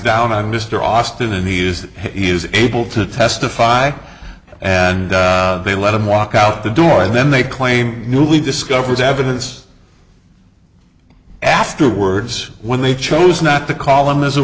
down on mr austin and he is that he is able to testify and they let him walk out the door and then they claim newly discovered evidence afterwards when they chose not to call him as a